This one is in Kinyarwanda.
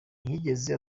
ntiyigeze